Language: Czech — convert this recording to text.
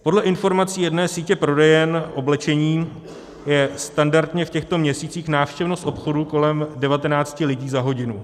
Podle informací jedné sítě prodejen oblečení, je standardně v těchto měsících návštěvnost obchodů kolem devatenácti lidí za hodinu.